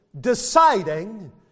deciding